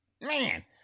man